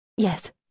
Yes